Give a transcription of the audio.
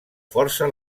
força